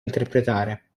interpretare